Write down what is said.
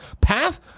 Path